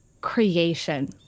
creation